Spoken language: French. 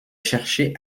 chercher